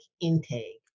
intake